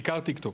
בעיקר טיקטוק.